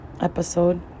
episode